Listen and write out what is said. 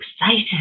excited